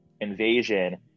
invasion